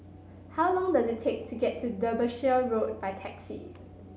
how long does it take to get to Derbyshire Road by taxi